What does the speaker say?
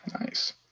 Nice